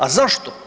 A zašto?